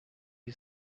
you